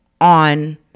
on